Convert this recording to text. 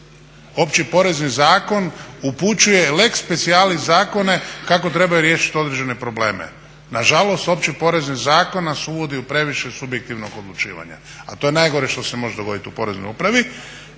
Opći porezni zakon upućuje lex specialis zakone kako trebaju riješiti određene probleme. Nažalost, Opći porezni zakon nas uvodi u previše subjektivnog odlučivanja, a to je najgore što se može dogoditi u Poreznoj upravi.